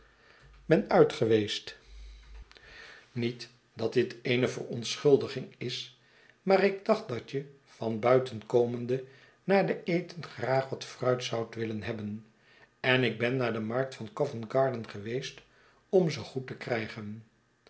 ben uitgeweest niet dat dit eene verontschuldiging is maar ik dacht dat je van buiten komende na den eten graag wat fruit zoudt willen hebben en ik ben naar de markt van covent garden geweest om ze goed te krijgen